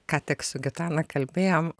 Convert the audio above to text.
ką tik su gitana kalbėjom